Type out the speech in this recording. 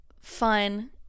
fun